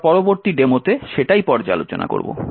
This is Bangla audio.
আমরা পরবর্তী ডেমোতে সেটাই পর্যালোচনা করব